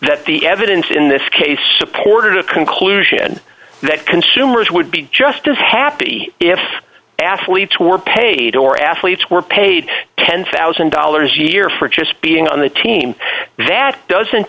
that the evidence in this case supported a conclusion that consumers would be just as happy if athletes were paid or athletes were paid ten thousand dollars here for just being on the team and dad doesn't